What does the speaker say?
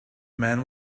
man